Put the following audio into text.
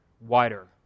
wider